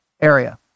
area